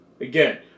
Again